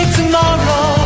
tomorrow